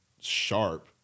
sharp